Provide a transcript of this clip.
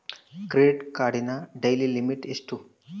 Credit ಕಾರ್ಡಿನ daily limit ಎಷ್ಟು?